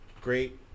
great